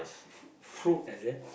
f~ fruit is it